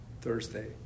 Thursday